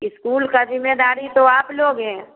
school का जिम्मेदारी तो आप लोग हैं